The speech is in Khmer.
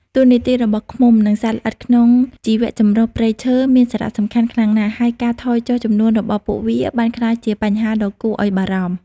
តួនាទីរបស់ឃ្មុំ និងសត្វល្អិតក្នុងជីវៈចម្រុះព្រៃឈើមានសារៈសំខាន់ខ្លាំងណាស់ ហើយការថយចុះចំនួនរបស់ពួកវាបានក្លាយជាបញ្ហាដ៏គួរឲ្យបារម្ភ។